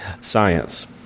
science